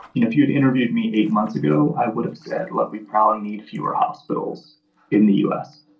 if you'd interviewed me eight months ago, i would've said, look we probably need fewer hospitals in the u s.